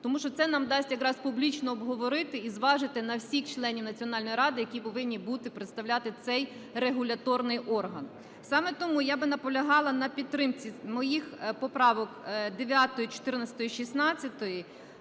Тому що це нам дасть якраз публічно обговорити і зважити на всіх членів національної ради, які повинні бути, представляти цей регуляторний орган. Саме тому я би наполягала на підтримці моїх поправок 9, 14, 16,